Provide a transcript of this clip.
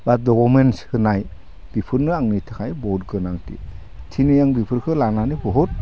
बा डुकमेन्ट्स होनाय बेफोरनो आंनि थाखाय बुहुद गोनांथि दिनै आं बेफोरखो लानानै बुहुद